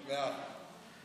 מאה אחוז.